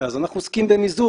אז אנחנו עוסקים במזעור.